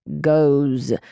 goes